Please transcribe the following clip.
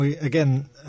again